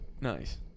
Nice